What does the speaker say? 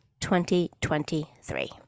2023